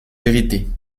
vérités